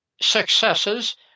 successes